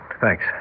thanks